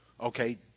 Okay